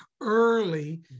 early